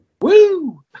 Woo